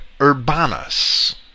urbanus